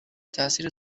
تاثیر